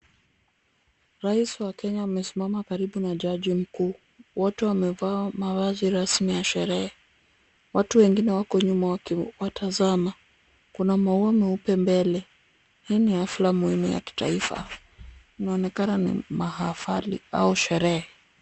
Rais wa Kenya amesimama karibu na jaji mkuu. Wote wamevaa mavazi rasmi ya sherehe. Watu wengine wako nyuma wakiwatazama. Kuna maua meupe mbele .Hii ni hafla muhimu ya kitaifa. Inaonekana ni mahafali au sherehe.